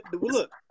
Look